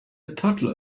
toddler